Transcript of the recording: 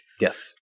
Yes